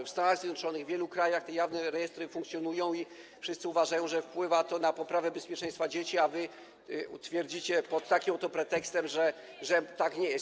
W Stanach Zjednoczonych, w wielu innych krajach jawne rejestry funkcjonują i wszyscy uważają, że wpływa to na poprawę bezpieczeństwa dzieci, a wy twierdzicie, pod takim oto pretekstem, że tak nie jest.